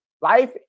Life